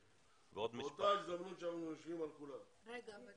באותה הזדמנות שאנחנו יושבים על כולם,